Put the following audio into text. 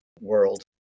world